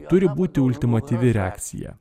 turi būti ultimatyvi reakcija